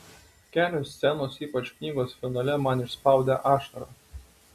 kelios scenos ypač knygos finale man išspaudė ašarą